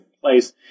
place